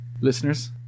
listeners